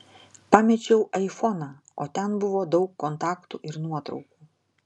pamečiau aifoną o ten buvo daug kontaktų ir nuotraukų